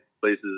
places